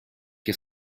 che